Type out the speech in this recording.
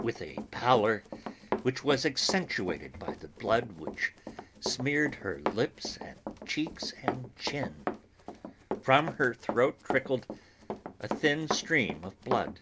with a pallor which was accentuated by the blood which smeared her lips and cheeks and chin from her throat trickled a thin stream of blood